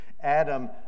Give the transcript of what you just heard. Adam